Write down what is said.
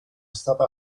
stata